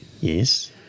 Yes